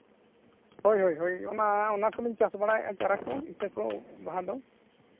ᱦᱳᱭ ᱦᱳᱭ ᱚᱱᱟ ᱚᱱᱟ ᱠᱚᱞᱤᱧ ᱪᱟᱥ ᱵᱟᱲᱟᱭᱮᱫᱼᱟ ᱪᱟᱨᱟ ᱠᱚ ᱤᱛᱟᱹ ᱠᱚ ᱵᱟᱦᱟ ᱫᱚ